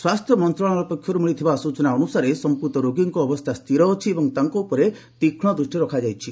ସ୍ୱାସ୍ଥ୍ୟ ମନ୍ତ୍ରଣାଳୟ ପକ୍ଷରୁ ମିଳିଥିବା ସୂଚନା ଅନୁଯାୟୀ ସମ୍ପୃକ୍ତ ରୋଗୀଙ୍କ ଅବସ୍ଥା ସ୍ଥିର ଅଛି ଏବଂ ତାଙ୍କ ଉପରେ ତୀକ୍ଷ୍ଣ ଦୃଷ୍ଟି ରଖାଯାଇଛି